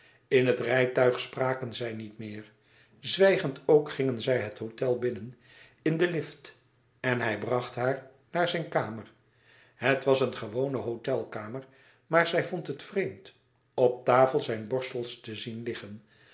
in het rijtuig spraken zij niet meer zwijgend ook gingen zij het hôtel binnen in den lift en hij bracht haar naar zijn kamer het was een gewone hôtelkamer maar zij vond het vreemd op tafel zijn borstels te zien liggen